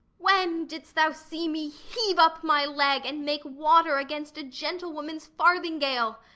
when didst thou see me heave up my leg and make water against a gentlewoman's farthingale?